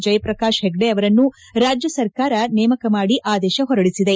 ಜಯಪ್ರಕಾಶ್ ಹೆಗ್ಡೆ ಅವರನ್ನು ರಾಜ್ವ ಸರ್ಕಾರ ನೇಮಕ ಮಾಡಿ ಆದೇಶ ಹೊರಡಿಸಿದೆ